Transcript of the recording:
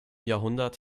jahrhundert